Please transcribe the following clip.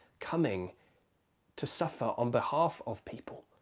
coming to suffer on behalf of people.